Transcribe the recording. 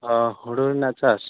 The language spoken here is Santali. ᱚ ᱦᱩᱲᱩ ᱨᱮᱱᱟᱜ ᱪᱟᱥ